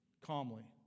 calmly